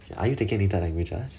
are you taking any third languages